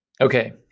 Okay